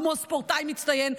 כמו ספורטאי מצטיין,